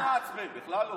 לא לעצבן, בכלל לא.